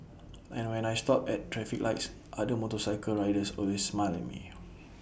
and when I stop at traffic lights other motorcycle riders always smile at me